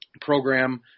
program